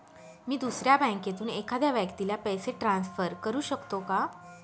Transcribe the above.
मी दुसऱ्या बँकेतून एखाद्या व्यक्ती ला पैसे ट्रान्सफर करु शकतो का?